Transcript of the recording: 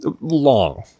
Long